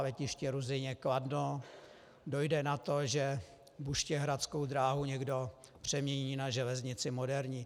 Letiště Ruzyně Kladno, dojde na to, že buštěhradskou dráhu někdo přemění na železnici moderní.